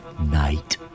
night